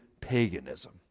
paganism